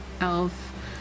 elf